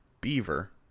beaver